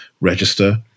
register